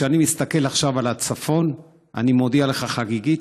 כשאני מסתכל עכשיו על הצפון אני מודיע לך חגיגית,